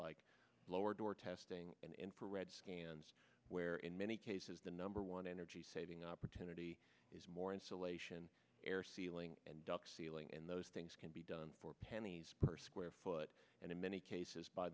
like lower door testing and infrared scans where in many cases the number one energy saving opportunity is more insulation air sealing and duct ceiling and those things can be done for pennies per square foot and in many cases by